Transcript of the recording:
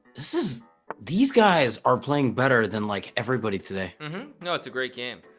this is these guys are playing better than like everybody today no it's a great game